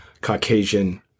Caucasian